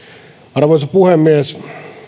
arvoisa puhemies